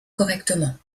correctement